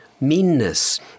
meanness